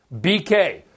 BK